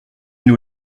nous